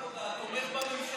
מרכז מפלגת העבודה תומך בממשלה,